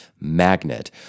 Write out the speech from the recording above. magnet